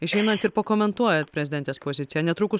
išeinant ir pakomentuojat prezidentės poziciją netrukus